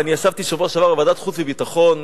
וישבתי בשבוע שעבר בוועדת החוץ והביטחון,